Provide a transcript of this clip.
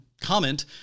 comment